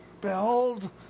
Behold